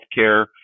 healthcare